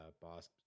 Boss